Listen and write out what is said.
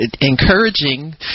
encouraging